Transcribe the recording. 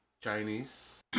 Chinese